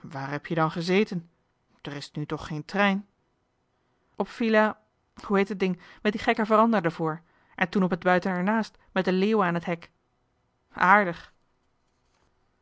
waar heb je dan gezeten d'er is nu toch geen trein op villa hoe heet het ding met die gekke johan de meester de zonde in het deftige dorp veranda d'er voor en toen op het buiten ernaast met de leeuwen aan het hek aardig